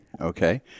Okay